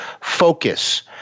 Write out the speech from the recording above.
Focus